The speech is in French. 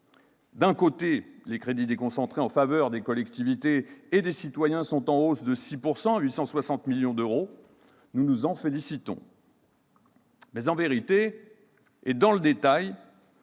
vrai que les crédits déconcentrés en faveur des collectivités et des citoyens sont en hausse de 6 %, à 860 millions d'euros, ce dont nous nous félicitons. En vérité et dans le détail,